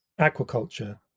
aquaculture